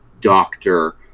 doctor